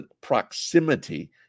proximity